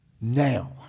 now